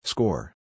Score